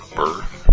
birth